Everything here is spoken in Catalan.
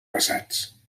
passats